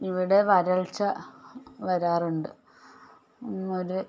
ഇവിടെ വരൾച്ച വരാറുണ്ട് ഒരു